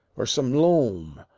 or some loam,